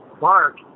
mark